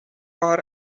our